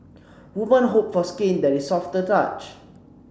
women hope for skin that is soft to the touch